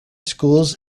schools